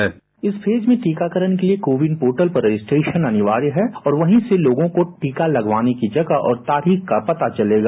bite इस फेज में टीकाकरण के लिए कोविन पोर्टल पर रजिस्ट्रेशन अनिवार्य है और वहीं से लोगों को टीका लगवाने की जगह और तारीख का पता चलेगा